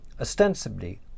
Ostensibly